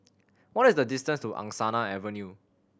what is the distance to Angsana Avenue